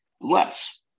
less